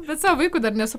bet savo vaikui dar nesu